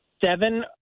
seven